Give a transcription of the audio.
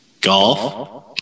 Golf